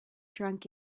drunk